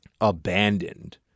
abandoned